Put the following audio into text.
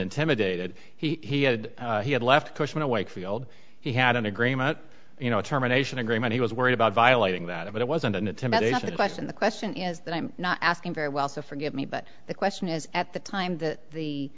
intimidated he did he had left cushman and wakefield he had an agreement you know terminations agreement he was worried about violating that if it wasn't an attempt to answer the question the question is that i'm not asking very well so forgive me but the question is at the time that the